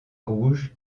rouge